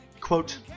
Quote